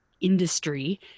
industry